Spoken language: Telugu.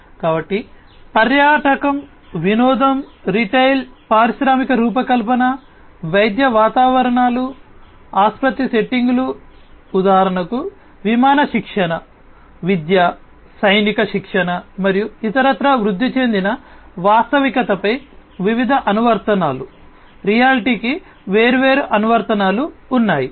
కాబట్టి పర్యాటకం వినోదం రిటైల్ పారిశ్రామిక రూపకల్పన వైద్య వాతావరణాలు ఆసుపత్రి సెట్టింగులు ఉదాహరణకు విమాన శిక్షణ విద్యా సైనిక శిక్షణ మరియు ఇతరత్రా వృద్ధి చెందిన వాస్తవికతపై వివిధ అనువర్తనాలు రియాలిటీకి వేర్వేరు అనువర్తనాలు ఉన్నాయి